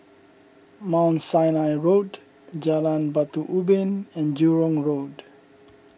Mount Sinai Road Jalan Batu Ubin and Jurong Road